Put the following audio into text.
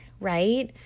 right